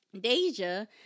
Deja